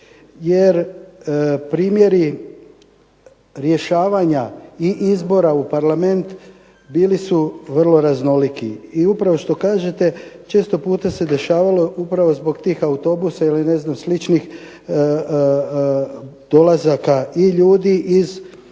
jer primjeri rješavanja i izbora u Parlament bili su vrlo raznoliki. I upravo što kažete često puta se dešavalo upravo zbog tih autobusa ili ne znam sličnih dolazaka i ljudi iz susjedne